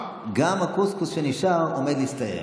גם הקוסקוס שנשאר עומד להסתיים.